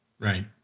Right